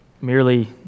merely